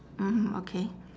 mm okay